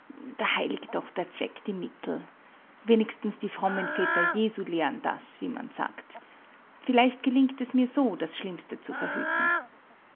doch der zweck die mittel wenigstens die frommen väter jesu lehren das wie man sagt vielleicht gelingt es mir so das schlimmste zu verhüten